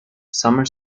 summer